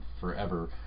forever